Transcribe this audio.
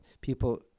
people